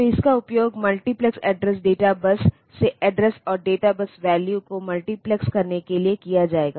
तो इसका उपयोग मल्टीप्लेक्स एड्रेस डेटा बस से एड्रेस और डेटा बस वैल्यू को मल्टीप्लेक्स करने के लिए किया जाएगा